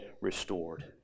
restored